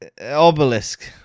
Obelisk